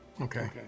Okay